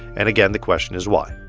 and, again, the question is why?